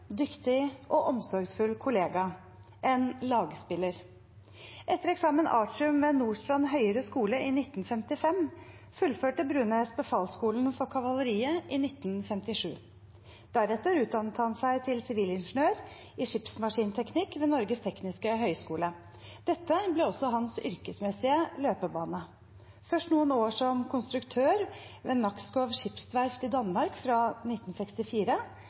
dyktig og omsorgsfull kollega – en lagspiller. Etter examen artium ved Nordstrand Høyere Skole i 1955 fullførte Brunæs Befalsskolen for kavaleriet i 1957. Deretter utdannet han seg til sivilingeniør i skipsmaskinteknikk ved Norges Tekniske Høgskole. Dette ble også hans yrkesmessige løpebane – først noen år som konstruktør ved Nakskov Skibsværft i Danmark fra 1964,